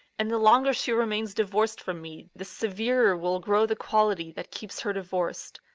and the longer she remains divorced from me the severer will grow the quality that keeps her divorced.